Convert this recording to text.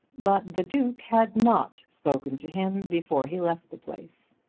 but the duke had not spoken to him before he left the place.